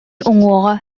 уҥуоҕа